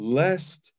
lest